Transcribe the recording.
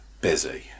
busy